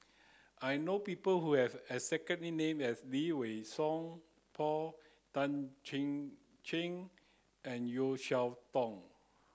I know people who have the exact name as Lee Wei Song Paul Tan Chin Chin and Yeo Cheow Tong